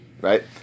right